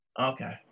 Okay